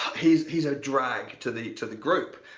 he's he's a drag to the to the group,